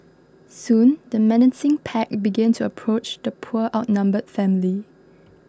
soon the menacing pack began to approach the poor outnumbered family